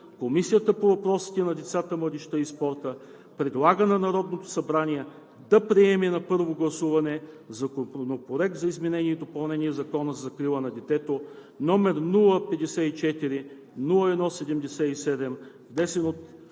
Комисията по въпросите на децата, младежта и спорта предлага на Народното събрание да приеме на първо гласуване Законопроект за изменение и допълнение на Закона за закрила на детето, № 054-01-77, внесен